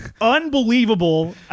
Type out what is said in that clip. unbelievable